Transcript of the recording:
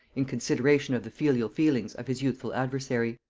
in consideration of the filial feelings of his youthful adversary.